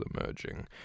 emerging